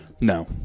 No